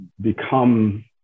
become